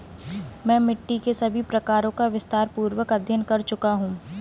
मैं मिट्टी के सभी प्रकारों का विस्तारपूर्वक अध्ययन कर चुका हूं